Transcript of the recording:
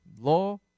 law